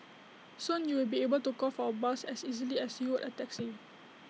soon you will be able to call for A bus as easily as you would A taxi